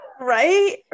Right